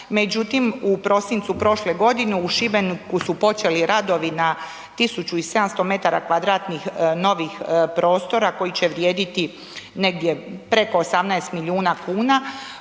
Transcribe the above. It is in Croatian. Međutim, u prosincu prošle godine u Šibeniku su počeli radovi na 1.700 m2 novih prostora koji će vrijediti negdje preko 18 milijuna kuna.